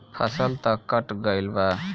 फसल तऽ कट गइल बा